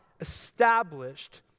established